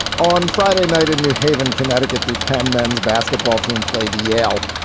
on friday night in new haven, connecticut, the penn men's basketball team played yale,